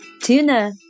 Tuna